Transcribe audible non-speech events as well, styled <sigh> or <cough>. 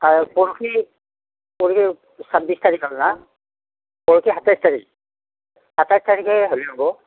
পৰশি পৰশী ছাব্বিছ তাৰিখ ন পৰশি সাতাইছ তাৰিখ সাতাইছ তাৰিখে <unintelligible>